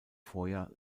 vorjahr